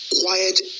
quiet